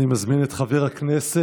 אני מזמין את חבר הכנסת